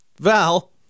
Val